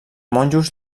monjos